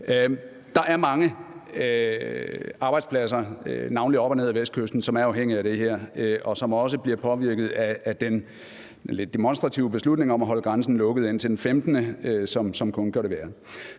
Der er mange arbejdspladser, navnlig op og ned ad Vestkysten, som er afhængige af det her, og som også bliver påvirket af den lidt demonstrative beslutning om at holde grænsen lukket indtil den 15. juni, hvilket kun gør det værre.